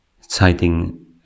citing